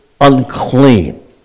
unclean